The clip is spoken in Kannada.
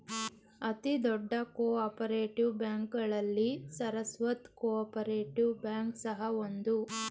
ಅತಿ ದೊಡ್ಡ ಕೋ ಆಪರೇಟಿವ್ ಬ್ಯಾಂಕ್ಗಳಲ್ಲಿ ಸರಸ್ವತ್ ಕೋಪರೇಟಿವ್ ಬ್ಯಾಂಕ್ ಸಹ ಒಂದು